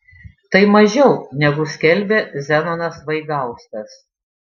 tai mažiau negu skelbė zenonas vaigauskas